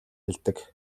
хэлдэг